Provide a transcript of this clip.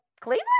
Cleveland